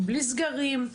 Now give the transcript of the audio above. בלי סגרים.